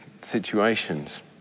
situations